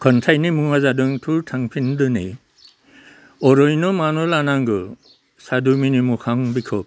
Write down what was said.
खन्थाइनि मुङा जादों थौ थांफिनदिनि ओरैनो मानो लानांगौ सादुमिनि मोखां बिखौ